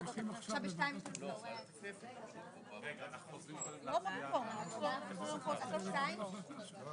ננעלה בשעה 13:28.